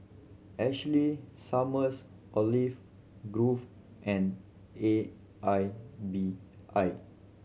Ashley Summers Olive Grove and A I B I